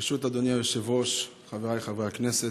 ברשות אדוני היושב-ראש, חבריי חברי הכנסת,